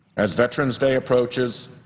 as veterans day approaches,